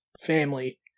family